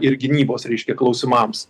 ir gynybos reiškia klausimams